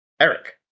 Eric